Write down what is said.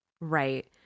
right